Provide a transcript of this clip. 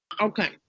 Okay